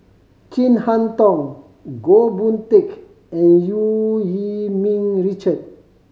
Chin Harn Tong Goh Boon Teck and Eu Yee Ming Richard